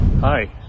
Hi